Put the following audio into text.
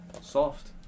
soft